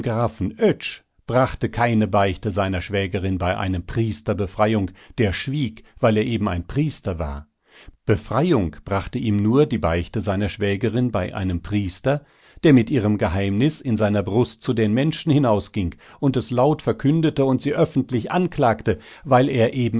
brachte keine beichte seiner schwägerin bei einem priester befreiung der schwieg weil er eben ein priester war befreiung brachte ihm nur die beichte seiner schwägerin bei einem priester der mit ihrem geheimnis in seiner brust zu den menschen hinausging und es laut verkündete und sie öffentlich anklagte weil er